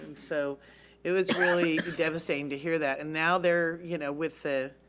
so it was really devastating to hear that and now they're, you know, with the